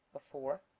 before.